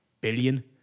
billion